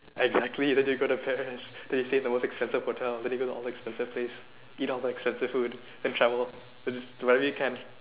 exactly then you go to Paris then you stay in the most expensive hotel then you go to all the expensive place and eat all the expensive food and then you travel wherever you can